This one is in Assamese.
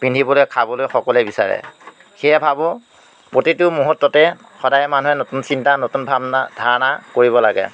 পিন্ধিবলৈ খাবলৈ সকলোৱে বিচাৰে সেয়ে ভাবোঁ প্ৰতিটো মুহূৰ্ততে সদায় মানুহে নতুন চিন্তা নতুন ভাৱনা ধাৰণা কৰিব লাগে